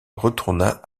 retourna